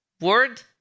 word